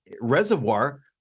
reservoir